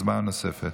הצבעה נוספת.